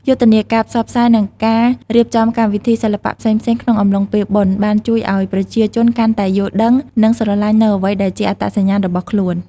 យុទ្ធនាការផ្សព្វផ្សាយ និងការរៀបចំកម្មវិធីសិល្បៈផ្សេងៗក្នុងអំឡុងពេលបុណ្យ បានជួយឲ្យប្រជាជនកាន់តែយល់ដឹង និងស្រឡាញ់នូវអ្វីដែលជាអត្តសញ្ញាណរបស់ខ្លួន។